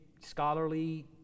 scholarly